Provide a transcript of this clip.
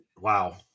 wow